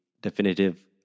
definitive